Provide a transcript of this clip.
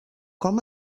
com